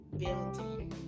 building